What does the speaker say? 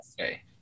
Okay